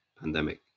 pandemic